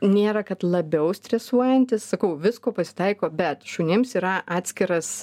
nėra kad labiau stresuojantys sakau visko pasitaiko bet šunims yra atskiras